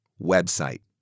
website